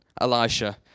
Elisha